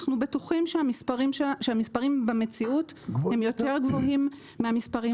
שאנחנו בטוחים שהמספרים במציאות הם יותר גבוהים מהמספרים